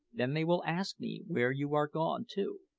then they will ask me where you are gone to,